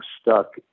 stuck